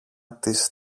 της